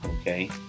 Okay